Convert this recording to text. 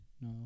No